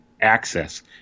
access